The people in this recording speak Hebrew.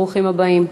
ברוכים הבאים.